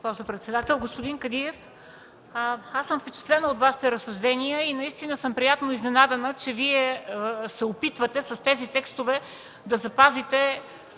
госпожо председател. Господин Кадиев, аз съм впечатлена от Вашите разсъждения и съм приятно изненадана, че Вие се опитвате с тези текстове да запазите